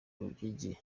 rugege